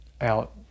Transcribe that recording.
out